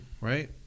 right